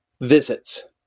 visits